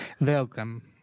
Welcome